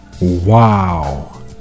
Wow